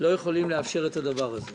לא יכולים לאפשר את הדבר הזה.